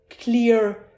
clear